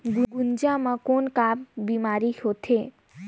गुनजा मा कौन का बीमारी होथे?